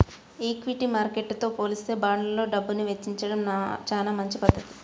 equity మార్కెట్టుతో పోలిత్తే బాండ్లల్లో డబ్బుని వెచ్చించడం చానా మంచి పధ్ధతి